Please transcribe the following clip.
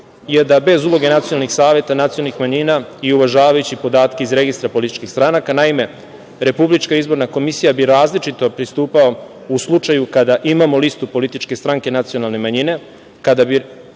je da bez uloge Nacionalnih saveta nacionalnih manjina i uvažavajući podatke iz Registra političkih stranaka, naime, RIK bi različito pristupala u slučaju kada imamo listu političke stranke nacionalne manjine, kada bi